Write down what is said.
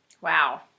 wow